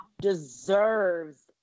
deserves